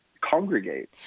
congregate